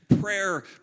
prayer